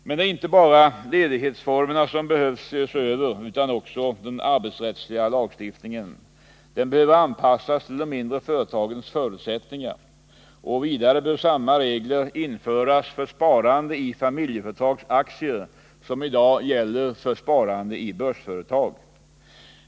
Men det är inte bara ledighetsformerna som behöver ses över utan också den arbetsrättsliga lagstiftningen. Den behöver anpassas till de mindre företagens förutsättningar. Vidare bör samma regler införas för sparande i familjeföretagens aktier som i dag gäller för sparande i börsföretag.